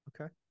Okay